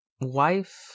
wife